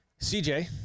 CJ